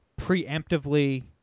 preemptively